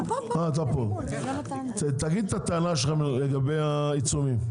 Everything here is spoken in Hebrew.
אה אתה פה, תגיד את הטענה שלכם לגבי העיצומים.